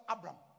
Abraham